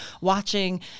watching